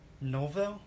novel